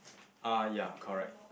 ah ya correct